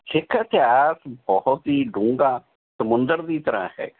ਸਿੱਖ ਇਤਿਹਾਸ ਬਹੁਤ ਹੀ ਡੂੰਘਾ ਸਮੁੰਦਰ ਦੀ ਤਰ੍ਹਾਂ ਹੈਗਾ